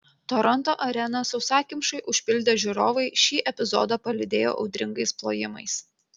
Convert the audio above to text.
toronto areną sausakimšai užpildę žiūrovai šį epizodą palydėjo audringais plojimais